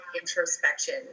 introspection